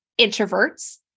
introverts